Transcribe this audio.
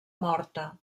morta